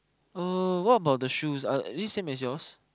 oh what about the shoes are is it same as yours